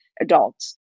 adults